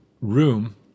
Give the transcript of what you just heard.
room